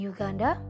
Uganda